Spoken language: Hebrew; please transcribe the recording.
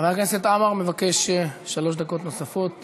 חבר הכנסת עמאר מבקש שלוש דקות נוספות